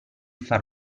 far